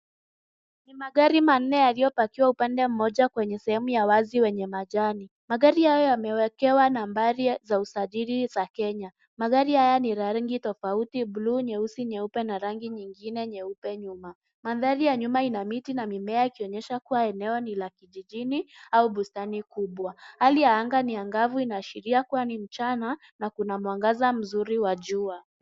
Ni magari manne yaliyopakiwa upande moja kwenye sehemu ya wazi wenye majani. Magari hayo yamewekewa nambari za usajili za Kenya. Magari haya ni la rangi tofauti bluu, nyeupe, nyeusi na rangi nyingine nyeupe nyuma. Mandhari ya nyuma ina miti na mimea kuonyesha kuwa eneo ni la vijijini au bustani kubwa. Hali ya anga ni angavu, inaashira kuwa ni mchana na kuna mwangaza mzuri wa jua.